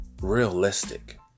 realistic